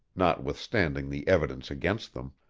notwithstanding the evidence against them.